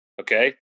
Okay